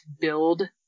build